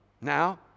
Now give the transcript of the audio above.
now